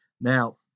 Now